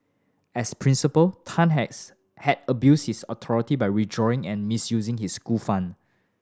as principal Tan has had abused his authority by withdrawing and misusing his school fund